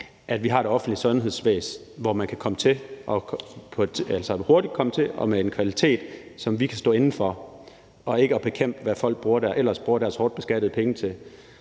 at vi har et offentligt sundhedsvæsen, hvor man kan komme hurtigt til, og hvor der er en kvalitet, som vi kan stå inde for, og ikke bekæmpe, hvad folk ellers bruger deres hårdt beskattede penge til;